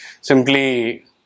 simply